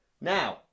now